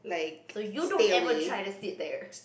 so you don't ever try to sit there